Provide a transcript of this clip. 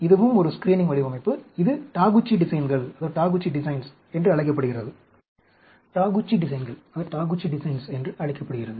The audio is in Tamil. இதுவும் ஒரு ஸ்கிரீனிங் வடிவமைப்பு இது டாகுச்சி டிசைன்கள் என்று அழைக்கப்படுகிறது